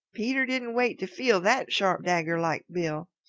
peter didn't wait to feel that sharp dagger-like bill.